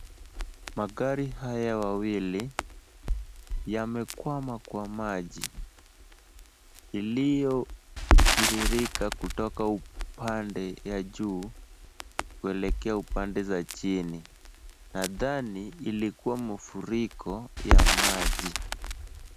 Magari haya mawili yamekwama kwa maji iliyotiririka kutoka upande ya juu kuelekea upande za chini. Nadhani ilikuwa mafuriko ya maji.